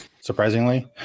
surprisingly